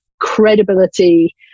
credibility